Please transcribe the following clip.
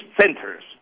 centers